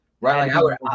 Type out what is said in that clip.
Right